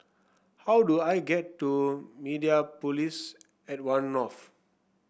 how do I get to Mediapolis at One North